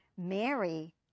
mary